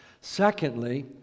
Secondly